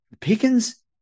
Pickens